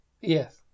Yes